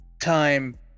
time